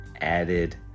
added